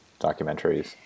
documentaries